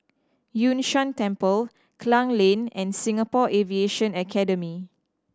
Yun Shan Temple Klang Lane and Singapore Aviation Academy